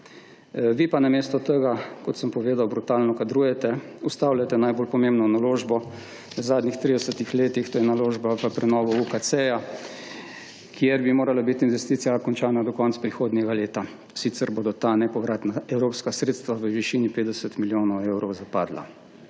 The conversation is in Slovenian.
Vi pa namesto tega, kot sem povedal, brutalno kadrujete, ustavljate najbolj pomembno naložbo v zadnjih tridesetih letih, to je naložba v prenovo UKC-ja, kjer bi morala bit investicija končana do konca prihodnjega leta, sicer bodo ta nepovratna evropska sredstva v višini 50 milijonov evrov zapadla.